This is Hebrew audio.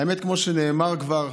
האמת, כמו שנאמר כבר,